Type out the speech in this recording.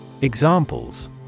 Examples